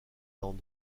land